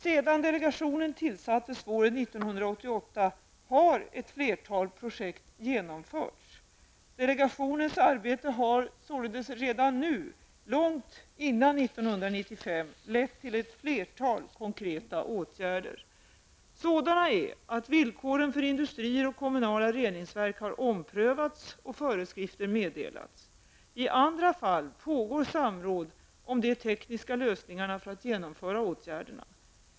Sedan delegationen tillsattes våren 1988 har ett flertal projekt genomförts. Delegationens arbete har således redan nu -- långt innan 1995 -- lett till ett flertal konkreta åtgärder. Sådana är att villkoren för industrier och kommunala reningsverk har omprövats och föreskrifter meddelats. I andra fall så pågår samråd om de tekniska lösningarna för att genomföra åtgärderna.